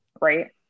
Right